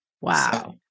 Wow